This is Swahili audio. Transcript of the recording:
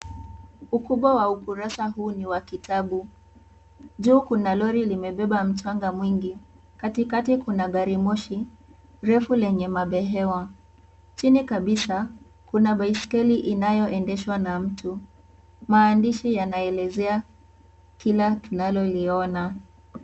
Ukubwa wa ukurusa huu ni wa kitabu. Juu kuna lori limebeba mchanga mwingi. Katikati kuna garimoshi, refu lenye mabehewa. Chini kabisa, kuna baiskeli inayoendeshwa na mtu. Maandishi yanaelezea kila tunaloliona.